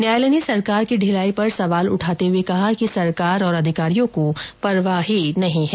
न्यायालय ने सरकार की ढिलाई पर सवाल उठाते हुए कहा कि सरकार और अधिकारियों को परवाह ही नहीं है